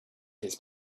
his